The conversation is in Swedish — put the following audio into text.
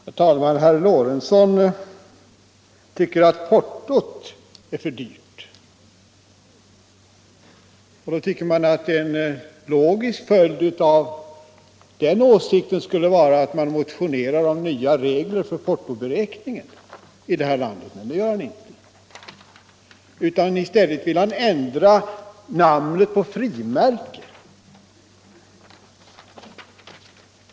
Herr talman! Herr Lorentzon tycker att portot är för dyrt. En logisk följd av den åsikten borde vara att han motionerade om nya regler för portoberäkningen här i landet, men det gör han inte. I stället vill han ändra namnet frimärke.